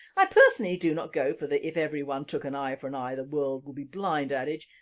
i personally to not go for the if everyone took an eye for an eye the world would be blind adage,